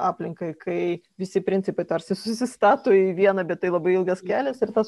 aplinkai kai visi principai tarsi susistato į vieną bet tai labai ilgas kelias ir tas